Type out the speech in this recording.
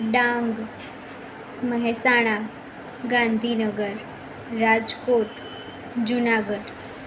Dang Mehsana Gandhinagar Rajkot Junagadh